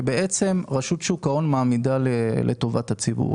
שרשות שוק ההון מעמידה לטובת הציבור.